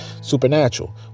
supernatural